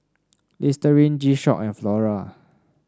Listerine G Shock and Flora